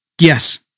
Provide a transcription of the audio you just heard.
Yes